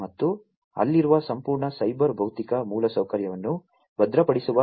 ಮತ್ತು ಅಲ್ಲಿರುವ ಸಂಪೂರ್ಣ ಸೈಬರ್ ಭೌತಿಕ ಮೂಲಸೌಕರ್ಯವನ್ನು ಭದ್ರಪಡಿಸುವ ಅವಶ್ಯಕತೆಯಿದೆ